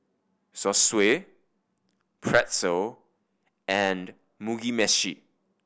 Zosui Pretzel and Mugi Meshi